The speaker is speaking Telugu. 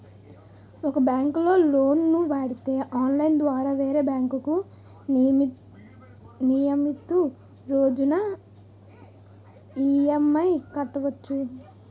ఒక బ్యాంకులో లోను వాడితే ఆన్లైన్ ద్వారా వేరే బ్యాంకుకు నియమితు రోజున ఈ.ఎం.ఐ కట్టవచ్చు